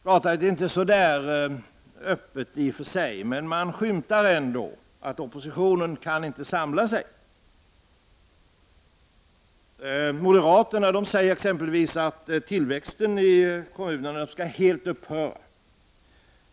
Det redovisas inte helt öppet, men det framskymtar ändå att oppositionen inte kan samla sig. Moderaterna säger att tillväxten i kommunerna helt skall upphöra.